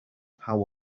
how